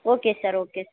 okay sir okay